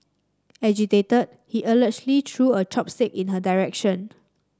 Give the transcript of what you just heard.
agitated he allegedly threw a chopstick in her direction